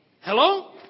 Hello